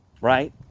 right